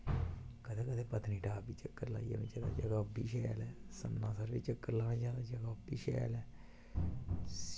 कदें कुदै पत्नीटॉप बी चक्कर लाई लैना चाहिदा चलो एह्दे पिच्छें सनासर बी चक्कर लाई औना शैल